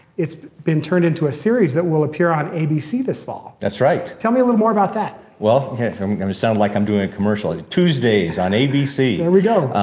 it's been turned into a series that will appear on abc this fall. that's right. tell me a little more about that. well, okay, so i'm gonna sound like i'm doing a commercial, yeah tuesday's on abc. there we go.